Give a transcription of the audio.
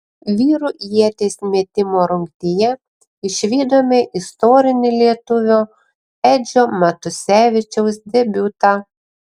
vyrų ieties metimo rungtyje išvydome istorinį lietuvio edžio matusevičiaus debiutą